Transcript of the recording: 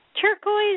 turquoise